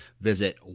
visit